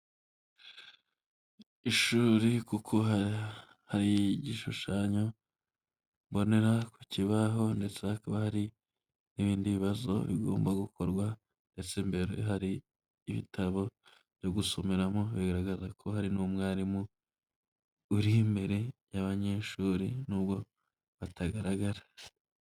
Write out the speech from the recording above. Ishuri kuko hari igishushanyo mbonera ku kibaho, ndetse hakaba hari n'ibindi bibazo bigomba gukorwa, imbere hari ibitabo byo gusomeramo, bigaragaza ko hari n'umwarimu uri imbere y'abanyeshuri nubwo batagaragara.